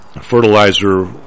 fertilizer